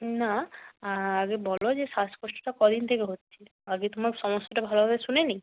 না আগে বলো যে শ্বাসকষ্টটা কদিন থেকে হচ্ছে আগে তোমার সমস্যাটা ভালোভাবে শুনে নিই